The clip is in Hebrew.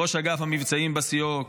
ראש אגף המבצעים בסיוק,